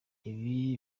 ibi